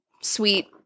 sweet